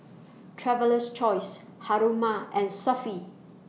Traveler's Choice Haruma and Sofy